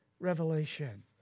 revelation